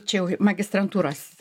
čia jau magistrantūros